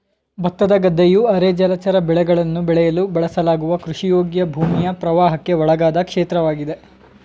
ಭತ್ತದ ಗದ್ದೆಯು ಅರೆ ಜಲಚರ ಬೆಳೆಗಳನ್ನು ಬೆಳೆಯಲು ಬಳಸಲಾಗುವ ಕೃಷಿಯೋಗ್ಯ ಭೂಮಿಯ ಪ್ರವಾಹಕ್ಕೆ ಒಳಗಾದ ಕ್ಷೇತ್ರವಾಗಿದೆ